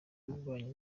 w’ububanyi